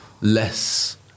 less